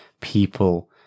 people